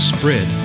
Spread